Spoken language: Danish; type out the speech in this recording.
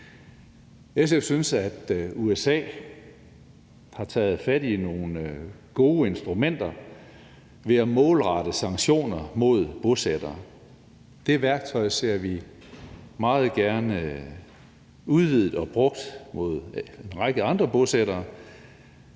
SF synes, at USA har taget fat i nogle gode instrumenter ved at målrette sanktioner mod bosættere. Det værktøj ser vi meget gerne udvidet og brugt mod en række andre bosættere,